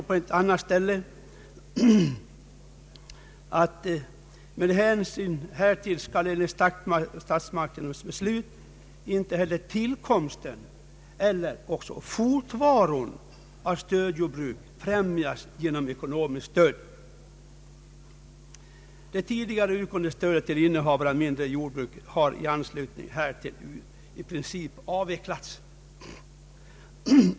På ett annat ställe sägs att med hänsyn härtill skall enligt statsmakternas beslut inte heller tillkomsten eller fortvaron av stödjordbruk främjas genom ekonomiskt stöd. Det tidigare utgående stödet till innehavare av mindre jordbruk har i anslutning härtill i princip avvecklats.